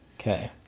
Okay